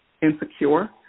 insecure